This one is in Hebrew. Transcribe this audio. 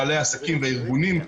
בעלי העסקים והארגונים,